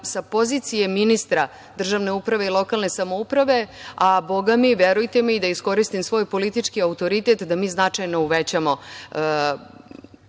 sa pozicije ministra državne uprave i lokalne samouprave, a bogami, verujte mi, i da iskoristim svoj politički autoritet, da mi značajno uvećamo